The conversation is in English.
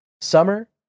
Summer